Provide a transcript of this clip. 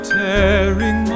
tearing